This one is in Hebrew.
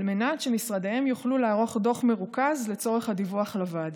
על מנת שמשרדיהם יוכלו לערוך דוח מרוכז לצורך הדיווח לוועדה.